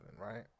right